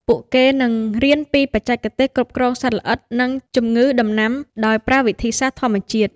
ពួកគេក៏នឹងរៀនពីបច្ចេកទេសគ្រប់គ្រងសត្វល្អិតនិងជំងឺដំណាំដោយប្រើវិធីសាស្ត្រធម្មជាតិ។